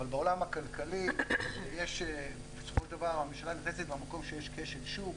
אבל בעולם הכלכלי בסופו של דבר הממשלה נכנסת במקום שיש כשל שוק.